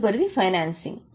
తదుపరిది ఫైనాన్సింగ్